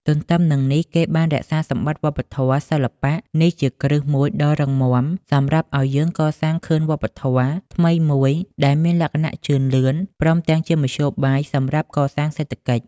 ទន្ទឹមនឹងនេះ គេបាន រក្សាសម្បត្តិវប្បធម៌ សិល្បៈនេះជាគ្រឹះមួយដ៏រឹងមាំសម្រាប់ឱ្យយើងកសាងខឿនវប្បធម៌ ថ្មីមួយដែលមានលក្ខណៈជឿនលឿន ព្រមទាំងជាមធ្យោបាយមួយសម្រាប់កសាង សេដ្ឋកិច្ច។